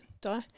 die